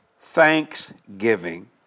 thanksgiving